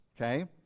okay